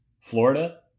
Florida